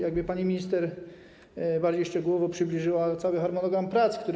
Jakby pani minister bardziej szczegółowo przybliżyła cały harmonogram prac, który.